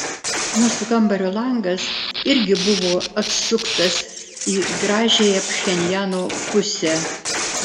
mūsų kambario langas irgi buvo atsuktas į gražiąją pchenjano pusę